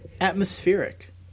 Atmospheric